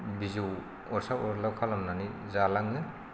बिजौ अरसाब अरला खालामनानै जालाङो